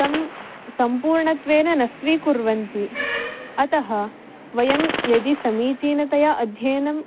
तं सम्पूर्णत्वेन न स्वीकुर्वन्ति अतः वयं यदि समीचीनतया अध्ययनम्